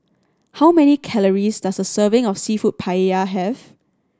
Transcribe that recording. how many calories does a serving of Seafood Paella have